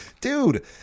Dude